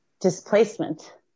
displacement